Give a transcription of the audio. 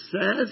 says